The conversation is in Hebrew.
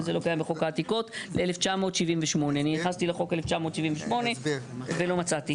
וזה לא קיים בחוק העתיקות 1978. אני נכנסתי לחוק 1978 ולא מצאתי.